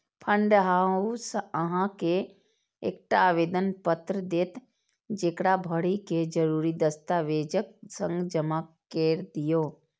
fund house अहां के एकटा आवेदन पत्र देत, जेकरा भरि कें जरूरी दस्तावेजक संग जमा कैर दियौ